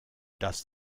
das